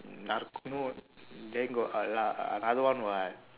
then got ano~ another one what